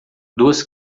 duas